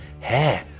hair